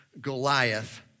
Goliath